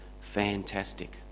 fantastic